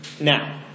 now